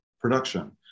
production